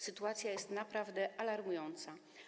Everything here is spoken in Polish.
Sytuacja jest naprawdę alarmująca.